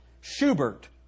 Schubert